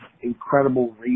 incredible